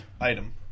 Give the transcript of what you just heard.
Item